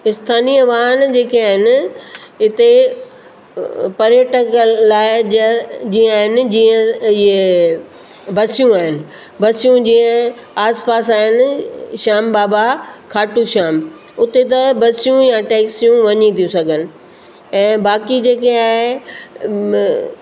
इस्थानिय वाहन जेके आहिनि हिते पर्यटक लाइ जी जीअं जीअं आहिनि जीअं इहे बसियूं आहिनि बसियूं जीअं आसिपासि आहिनि श्याम बाबा खाटू श्याम उते त बसियूं ऐं टैक्सियूं वञी थियूं सघनि ऐं बाक़ी जेके आहे